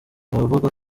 abavuga